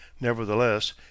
nevertheless